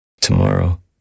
Tomorrow